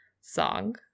song